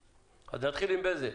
נתחיל עם בזק.